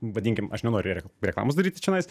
vadinkim aš nenoriu reklamos daryt čionais